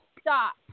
stop